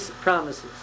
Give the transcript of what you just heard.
promises